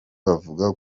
bavuga